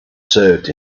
served